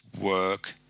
work